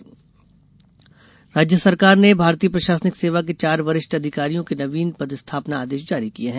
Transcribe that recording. पदस्थापना राज्य सरकार ने भारतीय प्रशासनिक सेवा के चार वरिष्ठ अधिकारियों के नवीन पदस्थापना आदेश जारी किए हैं